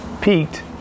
peaked